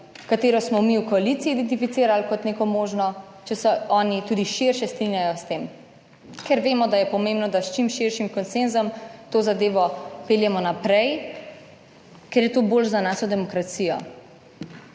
katero smo mi v koaliciji identificirali, kot neko možno, če se oni tudi širše strinjajo s tem. Ker vemo, da je pomembno, da s čim širšim konsenzom to zadevo peljemo naprej, ker je to boljše za našo demokracijo,